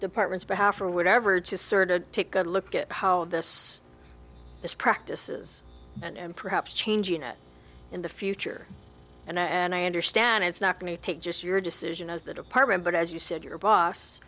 department's behalf or whatever just sort of take a look at how this is practices and perhaps change you know in the future and i and i understand it's not going to take just your decision as the department but as you said your boss